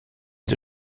the